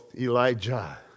Elijah